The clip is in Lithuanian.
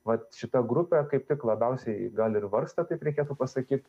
va šita grupė kaip tik labiausiai gal ir vargsta kaip reikėtų pasakyt